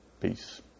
Peace